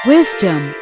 Wisdom